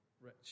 rich